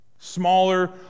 smaller